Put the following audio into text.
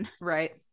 Right